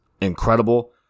incredible